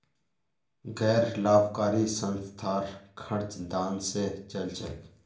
गैर लाभकारी संस्थार खर्च दान स चल छेक